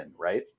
Right